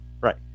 Right